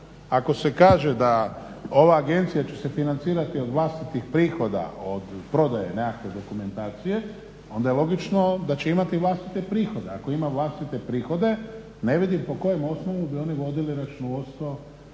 Ako se kaže da ova agencija će se financirati od vlastitih prihoda od prodaje nekakve dokumentacije onda je logično da će imati vlastite prihode. Ako ima vlastite prihode, ne vidim po kojem osnovu bi one vodile računovodstvo,